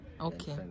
okay